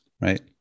right